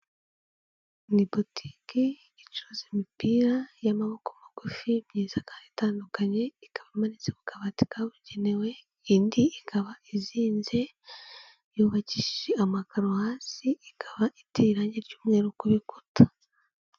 Ni botiki icuruza imipira y'amaboko magufi myiza kandi itandukanye, ikaba imanitse ku kabati kabugenewe, indi ikaba izinze, yubakishije amakaro hasi ikaba itera irange ry'umweru ku bikuta.